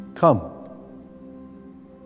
Come